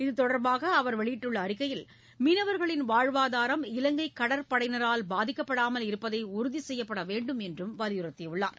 இத்தொடர்பாக அவர் வெளியிட்டுள்ள அறிக்கையில் மீனவர்களின் வாழ்வாதாரம் இலங்கை கடற்படையினரால் பாதிக்கப்படாமல் இருப்பதை உறுதி செய்யப்பட வேண்டும் என்று வலியுறுத்தியுள்ளார்